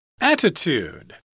Attitude